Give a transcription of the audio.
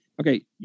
okay